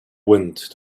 wind